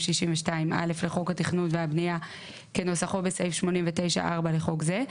(62א) לחוק התכנון והבנייה כנוסחו בסעיף 89(4) לחוק זה,